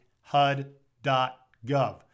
hud.gov